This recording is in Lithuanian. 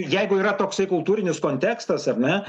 jeigu yra toksai kultūrinis kontekstas ar ne